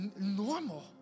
normal